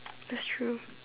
that's true